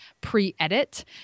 pre-edit